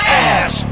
ass